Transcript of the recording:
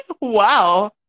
Wow